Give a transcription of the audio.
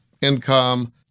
income